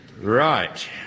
Right